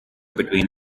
between